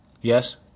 yes